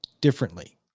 differently